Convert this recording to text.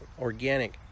organic